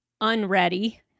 unready